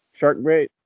Sharkbait